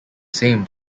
same